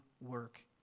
work